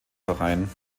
verein